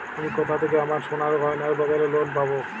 আমি কোথা থেকে আমার সোনার গয়নার বদলে লোন পাবো?